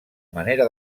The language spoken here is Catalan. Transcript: manera